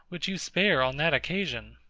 which you spare on that occasion.